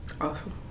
awesome